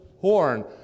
horn